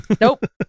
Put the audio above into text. Nope